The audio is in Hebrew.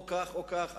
או כך או כך.